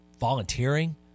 volunteering